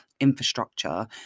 infrastructure